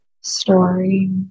story